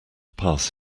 pass